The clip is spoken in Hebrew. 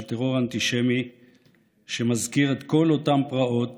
טרור אנטישמי שמזכיר את כל אותן פרעות